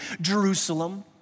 Jerusalem